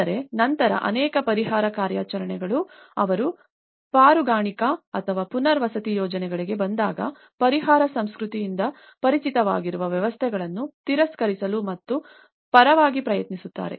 ಆದರೆ ನಂತರ ಅನೇಕ ಪರಿಹಾರ ಕಾರ್ಯಾಚರಣೆಗಳು ಅವರು ಪಾರುಗಾಣಿಕಾ ಅಥವಾ ಪುನರ್ವಸತಿ ಯೋಜನೆಗಳಿಗೆ ಬಂದಾಗ ಪರಿಹಾರ ಸಂಸ್ಕೃತಿಯಿಂದ ಪರಿಚಿತವಾಗಿರುವ ವ್ಯವಸ್ಥೆಗಳನ್ನು ತಿರಸ್ಕರಿಸಲು ಮತ್ತು ಪರವಾಗಿ ಪ್ರಯತ್ನಿಸುತ್ತಾರೆ